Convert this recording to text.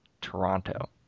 Toronto